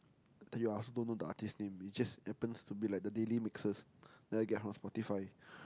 !aiyo! I also don't know the artiste name it just happens to be like the daily mixes that I get from Spotify